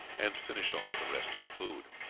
and finished off the rest of the food.